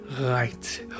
right